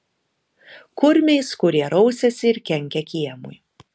kurmiais kurie rausiasi ir kenkia kiemui